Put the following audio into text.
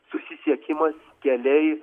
susisiekimas keliai